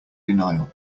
denial